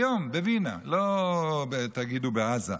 היום בווינה, לא תגידו בעזה.